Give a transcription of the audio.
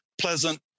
pleasant